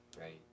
right